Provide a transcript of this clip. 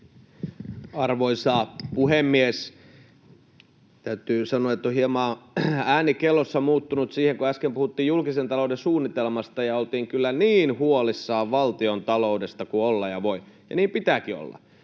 Arvoisa puhemies! Täytyy sanoa, että on hieman ääni kellossa muuttunut siitä, kun äsken puhuttiin julkisen talouden suunnitelmasta ja oltiin kyllä niin huolissaan valtiontaloudesta kuin olla ja voi, ja niin pitääkin olla.